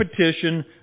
petition